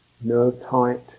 nerve-tight